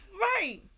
Right